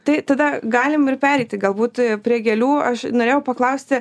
tai tada galim ir pereiti galbūt prie gėlių aš norėjau paklausti